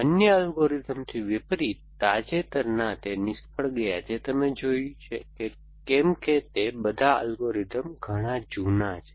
અન્ય એલ્ગોરિધમથી વિપરીત તાજેતરના તે નિષ્ફળ ગયા જે તમે જોયું છે કેમ કે તે બધા એલ્ગોરિધમ ઘણા જૂના છે